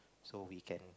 so we can